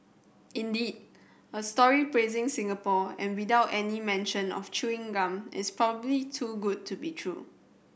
indeed a story praising Singapore and without any mention of chewing gum is probably too good to be true